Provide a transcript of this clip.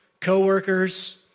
co-workers